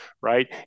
right